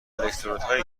الکترودهایی